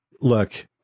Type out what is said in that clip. Look